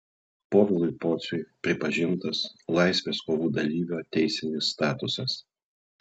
povilui pociui pripažintas laisvės kovų dalyvio teisinis statusas